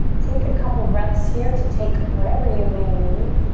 take a couple of breaths here to take whatever you may need.